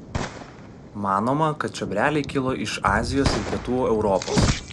manoma kad čiobreliai kilo iš azijos ir pietų europos